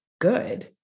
good